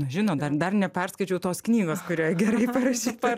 žino dar dar neperskaičiau tos knygos kurioj gerai parašyta